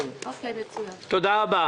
תודה.